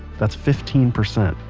that's fifteen percent,